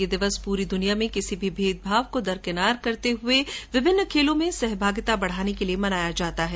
यह दिवस पूरी दुनिया में किसी भी भेदभाव को दरकिनार करते हुए विभिन्न खेलों में सहभागिता बढ़ाने के लिए मनाया जाता है